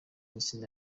itsinda